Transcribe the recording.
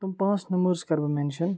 تِم پانٛژھ نمبٲرس کَرٕ بہٕ میٚنشَن